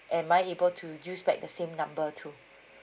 am I able to use back the same number too